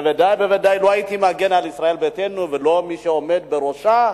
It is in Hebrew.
בוודאי ובוודאי לא הייתי מגן על ישראל ביתנו ולא על מי שעומד בראשה,